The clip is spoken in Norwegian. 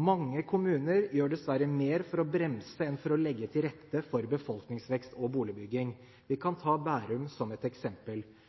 Mange kommuner gjør dessverre mer for å bremse enn for å legge til rette for befolkningsvekst og boligbygging. Vi kan ta Bærum som et eksempel.